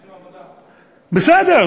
בסדר,